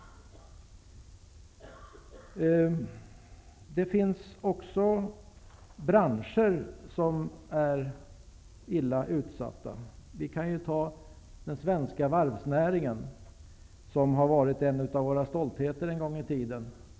Det finns också branscher som är illa utsatta. Vi kan ju ta den svenska varvsnäringen, som har varit en av våra stoltheter en gång i tiden.